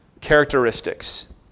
characteristics